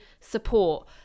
support